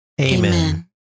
Amen